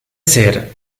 ser